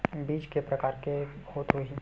बीज के प्रकार के होत होही?